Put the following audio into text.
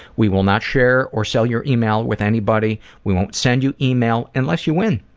we will not share or sell your email with anybody. we won't send you email unless you win!